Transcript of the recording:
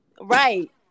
Right